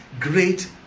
great